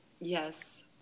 Yes